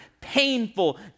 painful